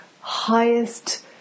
highest